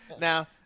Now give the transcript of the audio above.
Now